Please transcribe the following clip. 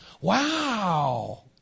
Wow